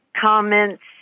comments